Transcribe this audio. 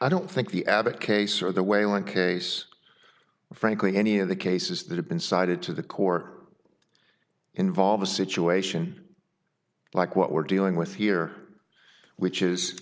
i don't think the abbott case or the wailing case frankly any of the cases that have been cited to the core involve a situation like what we're dealing with here which is